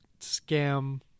scam